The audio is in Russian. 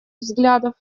взглядов